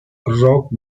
rock